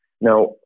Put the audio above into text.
Now